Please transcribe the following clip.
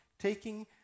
taking